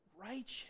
righteous